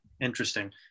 Interesting